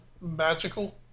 magical